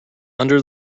under